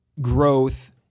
growth